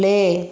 play